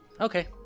Okay